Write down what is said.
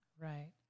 right